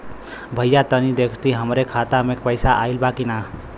भईया तनि देखती हमरे खाता मे पैसा आईल बा की ना?